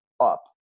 up